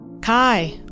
Kai